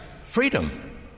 freedom